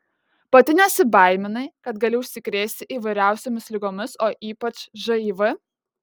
pati nesibaiminai kad gali užsikrėsti įvairiausiomis ligomis o ypač živ